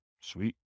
Sweet